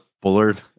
Bullard